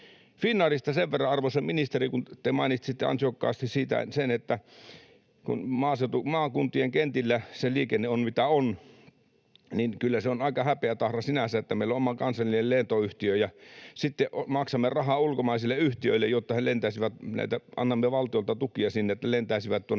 Finnairista sen verran, arvoisa ministeri, kun te mainitsitte ansiokkaasti sen, että maakuntien kentillä se liikenne on, mitä on, että kyllä se on aika häpeätahra sinänsä, että meillä on oma kansallinen lentoyhtiö ja sitten maksamme rahaa ulkomaisille yhtiöille, annamme valtiolta tukia sinne, että lentäisivät tuonne